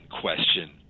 question